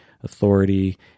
authority